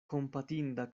kompatinda